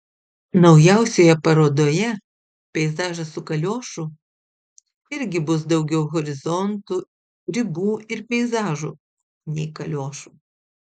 naujausioje parodoje peizažas su kaliošu irgi bus daugiau horizontų ribų ir peizažų nei kaliošų